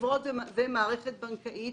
חברות ומערכת בנקאית,